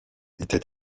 était